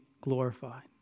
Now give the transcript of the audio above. glorified